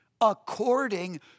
according